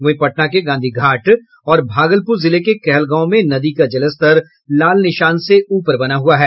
वहीं पटना के गांधी घाट और भागलपुर जिले के कहलगांव में नदी का जलस्तर लाल निशान से ऊपर बना हुआ है